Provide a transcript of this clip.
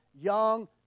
young